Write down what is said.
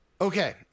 Okay